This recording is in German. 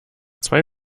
zwei